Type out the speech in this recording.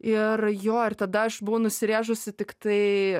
ir jo ir tada aš buvau nusirėžusi tiktai